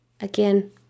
again